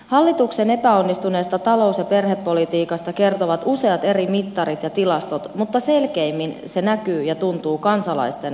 hallituksen epäonnistuneesta talous ja perhepolitiikasta kertovat useat eri mittarit ja tilastot mutta selkeimmin se näkyy ja tuntuu kansalaisten arjessa